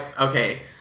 Okay